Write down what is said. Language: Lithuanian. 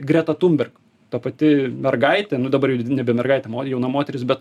greta tunberg ta pati mergaitė nu dabar nebe mergaitė jauna moteris bet